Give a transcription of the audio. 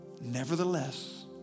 nevertheless